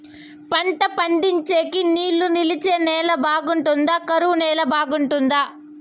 పంట పండించేకి నీళ్లు నిలిచే నేల బాగుంటుందా? కరువు నేల బాగుంటుందా?